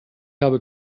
habe